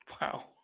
Wow